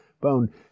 bone